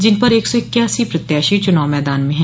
जिन पर एक सौ इक्यासी प्रत्याशी चुनाव मैदान में हैं